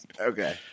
Okay